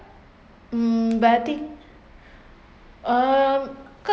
mm but I think um